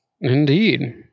Indeed